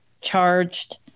charged